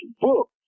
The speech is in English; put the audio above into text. book